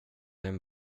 din